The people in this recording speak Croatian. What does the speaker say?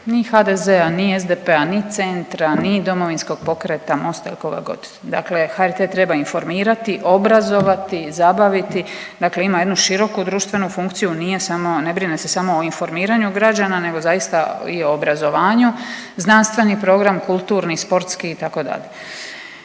ni HDZ-a, ni SDP-a, ni Centra, ni Domovinskog pokreta, Mosta ili koga god, dakle HRT treba informirati, obrazovati i zabaviti, dakle ima jednu široku društvenu funkciju, nije samo, ne brine se samo o informiranju građana nego zaista i o obrazovanju, znanstveni program, kulturni, sportski itd..